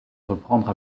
reprendre